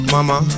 Mama